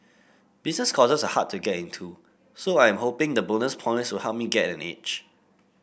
business courses are hard to get into so I am hoping the bonus points will help me get an edge